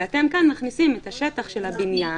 ואתם כאן מכניסים את השטח של הבניין,